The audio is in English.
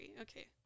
okay